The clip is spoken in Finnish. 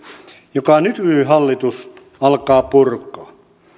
jota nykyhallitus alkaa purkaa